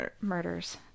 murders